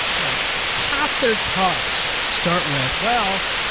like half their talks start with, well,